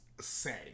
say